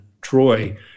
Troy